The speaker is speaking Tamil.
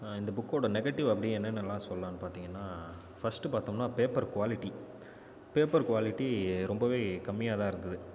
இந்த புக்கோடய நெகட்டிவ் அப்படி என்னென்னலாம் சொல்லலாம்னு பார்த்தீங்கன்னா ஃபஸ்ட் பார்த்தோம்னா பேப்பர் குவாலிட்டி பேப்பர் குவாலிட்டி ரொம்ப கம்மியாக தான் இருந்தது